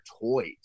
toys